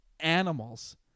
animals